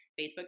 Facebook